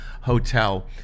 Hotel